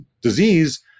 disease